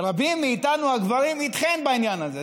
רבים מאיתנו הגברים איתכן בעניין הזה.